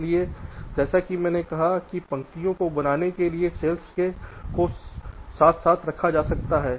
इसलिए जैसा कि मैंने कहा कि पंक्तियों को बनाने के लिए सेल्स को साथ साथ रखा जा सकता है